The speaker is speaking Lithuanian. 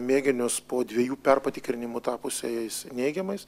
mėginius po dviejų patikrinimų tapusiais neigiamais